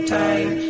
time